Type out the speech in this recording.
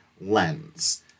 lens